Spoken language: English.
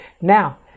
Now